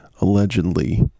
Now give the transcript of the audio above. allegedly